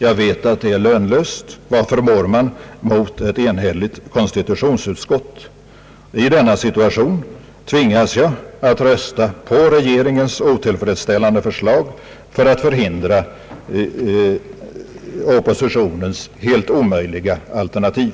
Jag vet att det är lönlöst — vad förmår man mot ett enhälligt konstitutionsutskott? I denna situation tvingas jag att rösta på regeringens otillfredsställande förslag för att förhindra oppositionens helt omöjliga alternativ.